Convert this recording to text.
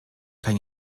kein